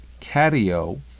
catio